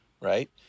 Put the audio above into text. right